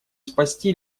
спасти